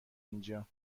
اینجا